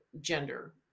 gender